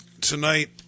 tonight